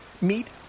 meet